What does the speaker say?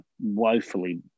woefully